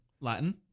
Latin